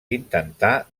intentà